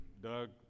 Doug